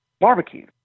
barbecue